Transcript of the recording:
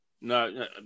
No